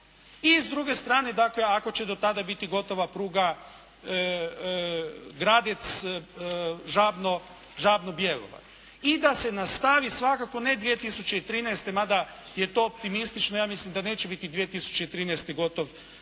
I s druge strane dakle, ako će do tada biti gotova pruga Gradec-Žabno-Bjelovar. I da se nastavi svakako ne 2013., mada je to optimistično, ja mislim da neće biti 2013. gotov do